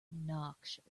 noxious